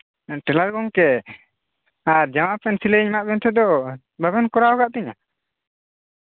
ᱴᱮᱞᱟᱨ ᱜᱚᱢᱠᱮ ᱟᱨ ᱡᱟᱢᱟ ᱯᱮᱱᱴ ᱥᱤᱞᱟᱭ ᱤᱧ ᱮᱢᱟᱜ ᱵᱮᱱ ᱛᱟᱦᱮᱜ ᱫᱚ ᱵᱟᱵᱮᱱ ᱠᱚᱨᱟᱣ ᱠᱟᱜ ᱛᱤᱧᱟᱹ